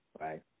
Right